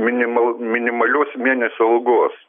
minimal minimalios mėnesio algos